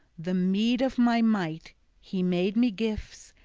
the meed of my might he made me gifts,